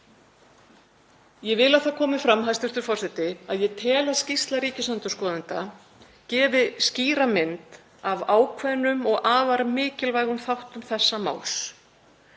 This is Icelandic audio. Ég vil að það komi fram, hæstv. forseti, að ég tel að skýrsla ríkisendurskoðanda gefi skýra mynd af ákveðnum og afar mikilvægum þáttum þessa máls.